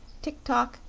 tik-tok,